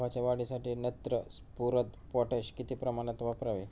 गव्हाच्या वाढीसाठी नत्र, स्फुरद, पोटॅश किती प्रमाणात वापरावे?